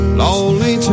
lonely